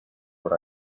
what